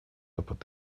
опыт